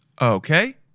Okay